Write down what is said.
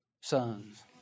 sons